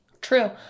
true